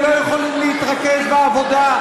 הם לא יכולים להתרכז בעבודה.